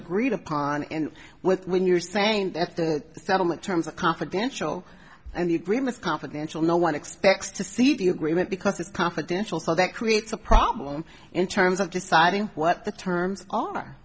agreed upon and when when you're saying that the settlement terms of confidential and the agreements confidential no one expects to see the agreement because it's confidential so that creates a problem in terms of deciding what the terms are